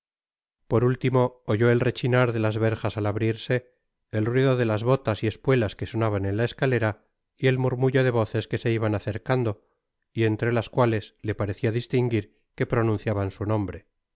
por último oyó el rechinar de las verjas al abrirse el ruido de las botas y espuelas que sonaban en la escalera y el murmullo de voces que se iban acercando y entre las cuales le parecia distinguir que pronunciaban su nombre